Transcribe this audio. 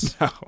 No